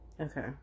Okay